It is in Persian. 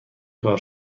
کار